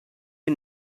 you